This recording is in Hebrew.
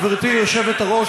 גברתי היושבת-ראש,